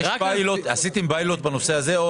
עשיתם פיילוט בנושא הזה?